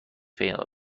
پیدا